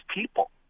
people